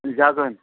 जागोन